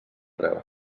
treu